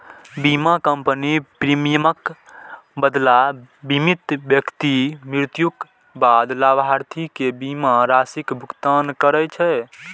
बीमा कंपनी प्रीमियमक बदला बीमित व्यक्ति मृत्युक बाद लाभार्थी कें बीमा राशिक भुगतान करै छै